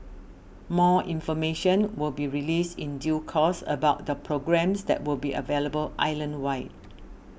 more information will be released in due course about the programmes that will be available island wide